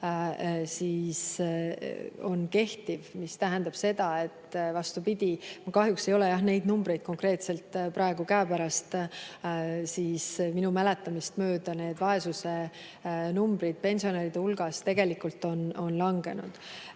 on kehtiv, mis tähendab seda, et on vastupidi. Mul kahjuks ei ole neid numbreid konkreetselt praegu käepärast. Minu mäletamist mööda need vaesuse numbrid pensionäride hulgas tegelikult on langenud.